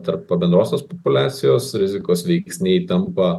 tarp bendrosios populiacijos rizikos veiksniai tampa